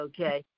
Okay